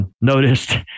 Noticed